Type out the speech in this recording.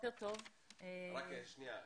רק שניה,